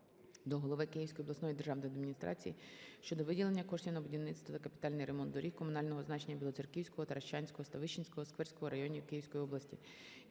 до голови Київської обласної державної адміністрації щодо виділення коштів на будівництво та капітальний ремонт доріг комунального значення Білоцерківського, Таращанського, Ставищенського, Сквирського районів Київської області.